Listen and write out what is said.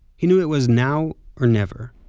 he knew it was now or never.